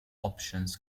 options